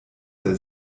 der